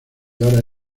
ahora